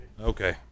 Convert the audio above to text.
Okay